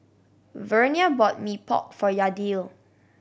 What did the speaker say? Vernia bought Mee Pok for Yadiel